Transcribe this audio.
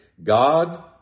God